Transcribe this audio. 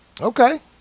okay